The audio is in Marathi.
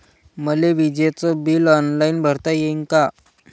मले विजेच बिल ऑनलाईन भरता येईन का?